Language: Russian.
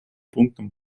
пунктам